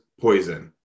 poison